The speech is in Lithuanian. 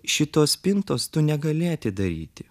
šitos spintos tu negali atidaryti